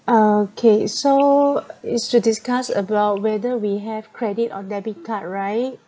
uh K so is to discuss about whether we have credit or debit card right